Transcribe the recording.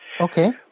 Okay